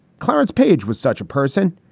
clarence page was such a person.